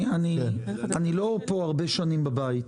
אדוני היושב ראש, אני לא הרבה שנים בבית הזה.